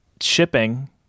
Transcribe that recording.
shipping